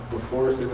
forest isn't